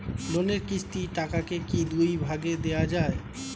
লোনের কিস্তির টাকাকে কি দুই ভাগে দেওয়া যায়?